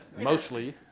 Mostly